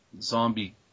zombie